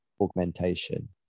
augmentation